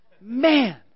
Man